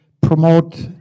promote